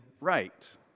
right